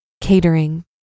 Catering